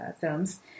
films